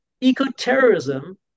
eco-terrorism